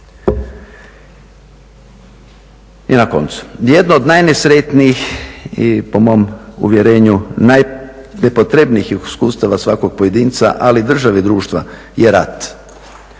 I na koncu, jedno od najnesretnijih i po mom uvjerenju najnepotrebnijih iskustava svakog pojedinca, ali države i društva je rat.